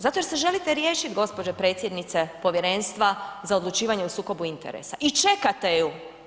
Zato jer se želite riješiti gospođe predsjednice Povjerenstva za odlučivanje o sukoba interesa i čekate ju.